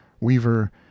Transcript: weaver